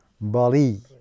Bali